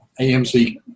AMC